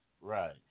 right